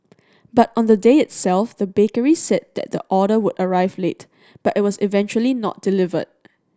but on the day itself the bakery said that the order would arrive late but it was eventually not delivered